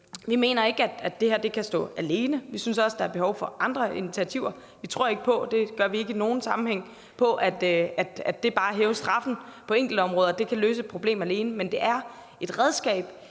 Vi mener ikke, at det her kan stå alene. Vi synes også, at der er behov for andre initiativer. Vi tror ikke på, og det gør vi ikke i nogen sammenhæng, at det bare at hæve straffen på enkeltområder alene kan løse et problem. Men det er et redskab